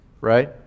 right